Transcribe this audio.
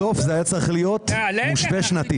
בסוף זה היה צריך להיות מושווה שנתית.